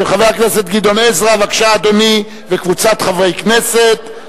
של חבר הכנסת גדעון עזרא וקבוצת חברי כנסת.